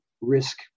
risk